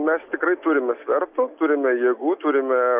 mes tikrai turime svertų turime jėgų turime